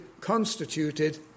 constituted